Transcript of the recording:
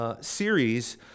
series